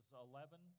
eleven